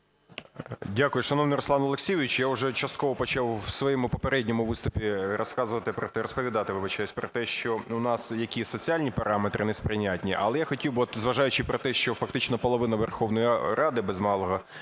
Дякую. Шановний Руслан Олексійович, я вже частково почав в своєму попередньому виступі розказувати… розповідати, вибачаюсь, про те, що у нас які соціальні параметри неприйнятні. Але я хотів, зважаючи про те, що фактично половина Верховної Ради без малого